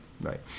right